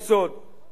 יש איזה הנחה,